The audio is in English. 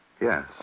Yes